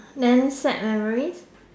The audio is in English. damn sad memories